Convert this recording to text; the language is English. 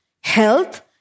health